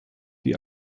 die